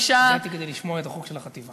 הגעתי כדי לשמוע על החוק של החטיבה.